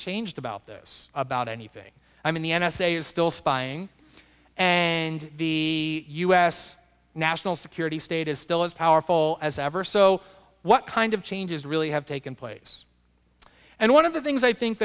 changed about this about anything i mean the n s a is still spying and the u s national security state is still as powerful as ever so what kind of changes really have taken place and one of the things i think